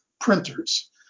printers